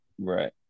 Right